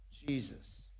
Jesus